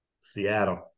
Seattle